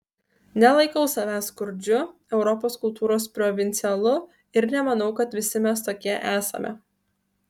nelaikau savęs skurdžiu europos kultūros provincialu ir nemanau kad visi mes tokie esame